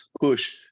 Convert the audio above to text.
push